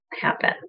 happen